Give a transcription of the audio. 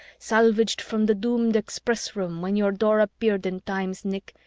salvaged from the doomed express room when your door appeared in time's nick,